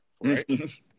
right